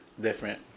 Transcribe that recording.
different